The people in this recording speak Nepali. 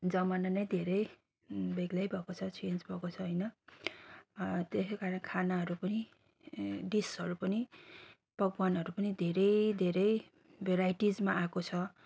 जमाना नै धेरै बेग्लै भएको छ चेन्ज भएको छ होइन त्यसैकारण खानाहरू पनि डिसहरू पनि पकवानहरू पनि धेरै धेरै भेराइटिसमा आएको छ